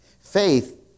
Faith